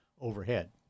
overhead